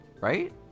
right